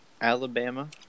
Alabama